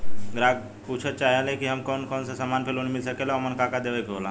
ग्राहक पुछत चाहे ले की हमे कौन कोन से समान पे लोन मील सकेला ओमन का का देवे के होला?